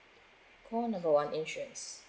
call number one insurance